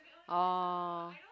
oh